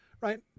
right